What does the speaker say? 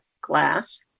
glass